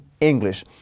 English